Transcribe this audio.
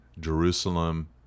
Jerusalem